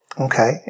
Okay